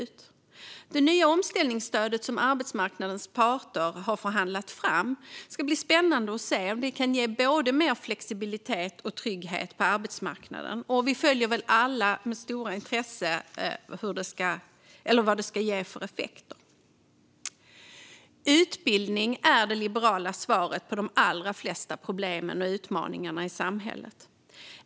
Det ska bli spännande att se om det nya omställningsstöd som arbetsmarknadens parter har förhandlandlat fram kan ge både mer flexibilitet och trygghet på arbetsmarknaden. Vi följer alla med stort intresse vad det kommer att få för effekter. Utbildning är det liberala svaret på de allra flesta problem och utmaningar i samhället.